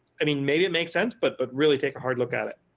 i mean maybe it makes sense but but really take a hard look at it.